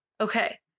Okay